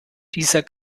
dieser